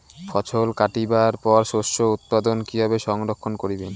ফছল কাটিবার পর শস্য উৎপাদন কিভাবে সংরক্ষণ করিবেন?